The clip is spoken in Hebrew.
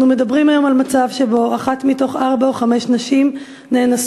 אנחנו מדברים היום על מצב שבו אחת מתוך ארבע או חמש נשים נאנסת,